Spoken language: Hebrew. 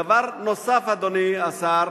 דבר נוסף אדוני השר,